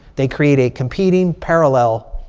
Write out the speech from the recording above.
they create a competing parallel,